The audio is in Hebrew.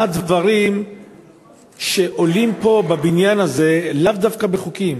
מה הדברים שעולים פה בבניין הזה, לאו דווקא בחוקים